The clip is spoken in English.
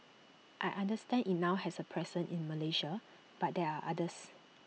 I understand IT now has A presence in Malaysia but there are others